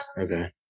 Okay